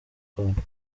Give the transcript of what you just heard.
konti